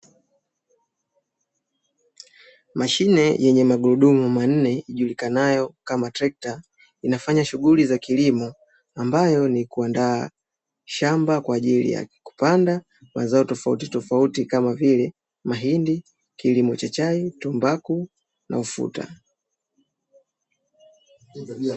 Mashine yenye magurudumu manne ijulikanayo kama trekta, inafanya shughuli za kilimo, ambayo nikuandaa shamba kwa ajili ya kupanda mazao tofautitofauti kama vile mahindi, kilimo cha chai, tumbaku na ufuta.